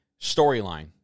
storyline